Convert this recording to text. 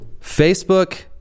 Facebook